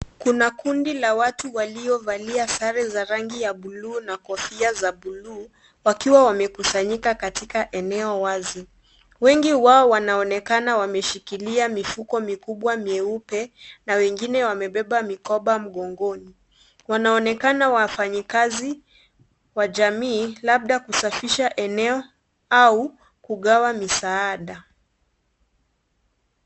Kuna kundi la watu waliovalia sare za rangi ya buluu na kofia za buluu wakiwa wamekusanyika katika eneo wazi. Wengi wao wanaonekana wameshikilia mifuko mikubwa meupe na wengine wamebeba mikoba mgongoni. Wanaonekana wafanyikazi wa jamii labda kusafisha eneo au kugawa misaada.